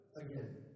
again